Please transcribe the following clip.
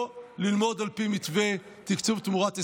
ללמוד על פי מתווה תקצוב תמורת הישגים.